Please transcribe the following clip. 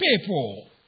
people